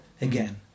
again